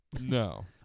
No